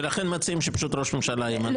ולכן מציעים שפשוט ראש ממשלה ימנה אותם,